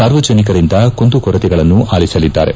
ಸಾರ್ವಜನಿಕರಿಂದ ಕುಂದುಕೊರತೆಗಳನ್ನು ಆಲಿಸಲಿದ್ದಾರೆ